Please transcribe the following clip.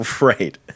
right